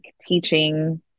teaching